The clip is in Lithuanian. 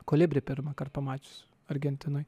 kolibrį pirmąkart pamačius argentinoj